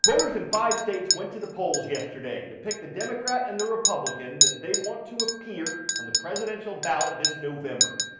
voters in five states went to the polls yesterday to pick the democrat and the republican that they want to appear on a presidential ballot this november.